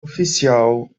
oficial